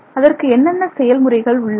அதற்கு என்னென்ன செயல் முறைகள் உள்ளன